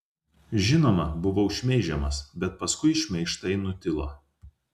žinoma buvau šmeižiamas bet paskui šmeižtai nutilo